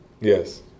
Yes